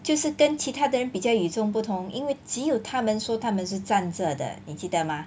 就是跟其他的人比较与众不同因为只有他们说他们是站着的你记得吗